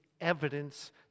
evidence